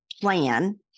plan